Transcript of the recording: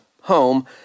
home